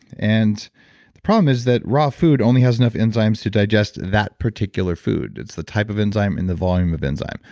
and the problem is that raw food only has enough enzymes to digest that particular food. it's the type of enzyme and the volume of enzyme.